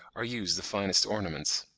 or use the finest ornaments.